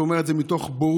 הוא אומר את זה מתוך בורות,